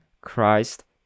Christ